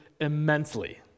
immensely